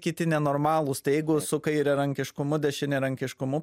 kiti nenormalūs tai jeigu su kairiarankiškumu dešiniarankiškumu